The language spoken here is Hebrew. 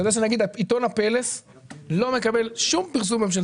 אתה יודע שעיתון "הפלס" לא מקבל שום פרסום ממשלתי.